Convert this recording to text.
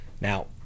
Now